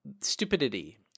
stupidity